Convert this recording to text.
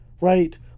Right